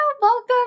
Welcome